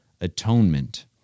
Atonement